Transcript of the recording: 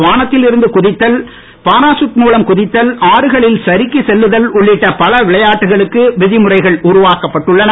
வானத்தில் இருந்து குதித்தல் பராதட் மூலம் குதித்தல் ஆறுகளில் சறுக்கி செல்லுதல் உள்ளிட்ட பல விளையாட்டுகளுக்கு விதிமுறைகள் உருவாக்கப்பட்டுள்ளன